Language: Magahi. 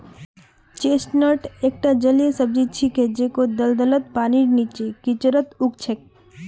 चेस्टनट एकता जलीय सब्जी छिके जेको दलदलत, पानीर नीचा, कीचड़त उग छेक